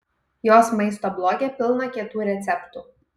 jos maisto bloge pilna kietų receptų